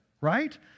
right